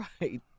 Right